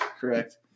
correct